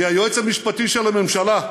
מהיועץ המשפטי לממשלה,